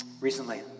recently